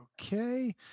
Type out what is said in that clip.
Okay